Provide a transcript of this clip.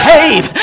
cave